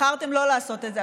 בחרתם לא לעשות את זה.